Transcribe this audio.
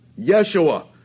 Yeshua